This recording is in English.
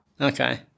okay